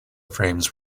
frames